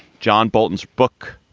john bolton's book,